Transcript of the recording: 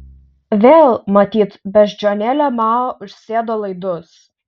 vėl matyt beždžionėlė mao užsėdo laidus